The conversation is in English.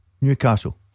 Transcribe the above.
Newcastle